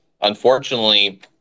unfortunately